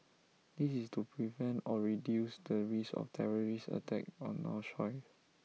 this is to prevent or reduce the risk of terrorist attack on our soil